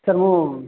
sir ମୁଁ